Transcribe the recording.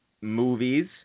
movies